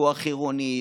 פיקוח עירוני,